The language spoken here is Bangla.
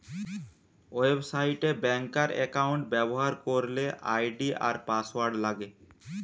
ওয়েবসাইট এ ব্যাংকার একাউন্ট ব্যবহার করলে আই.ডি আর পাসওয়ার্ড লাগে